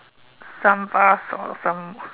some vase or some